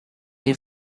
the